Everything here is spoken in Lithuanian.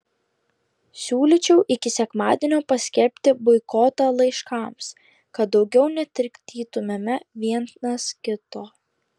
siūlyčiau iki sekmadienio paskelbti boikotą laiškams kad daugiau netrikdytumėme vienas kito